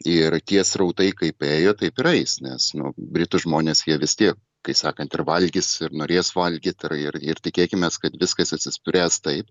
ir tie srautai kaip ėjo taip ir eis nes nu britų žmonės jie vis tiek kai sakant ir valgys ir norės valgyti ir ir tikėkimės kad viskas išsispręs taip